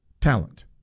talent